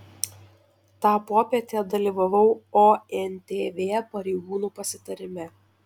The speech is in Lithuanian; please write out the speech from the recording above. tą popietę dalyvavau ontv pareigūnų pasitarime